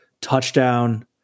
touchdown